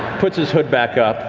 puts his hood back up,